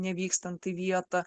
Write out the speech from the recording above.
nevykstant į vietą